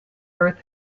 earth